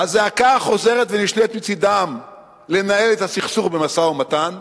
הזעקה החוזרת ונשנית מצדם לנהל את הסכסוך במשא-ומתן?